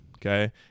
Okay